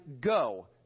go